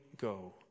go